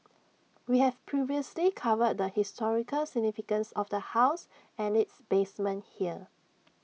we have previously covered the historical significance of the house and its basement here